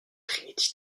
trinity